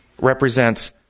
represents